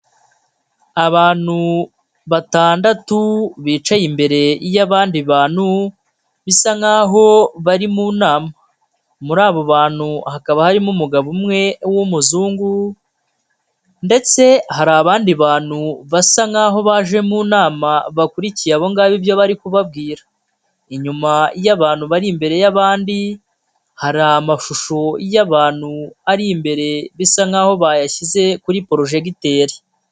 Abantu batandatu bicaye imbere y'abandi bantu bisa nkaho bari mu nama, muri abo bantu hakaba harimo umugabo umwe w'umuzungu ndetse hari abandi bantu basa nkaho baje mu nama bakurikiye abogabo ibyo bari kubabwira, inyuma y'abantu bari imbere y'abandi hari amashusho y'abantu ari imbere bisa nkaho bayashyize kuri porojegiteri.